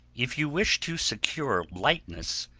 if you wish to secure lightness,